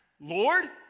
Lord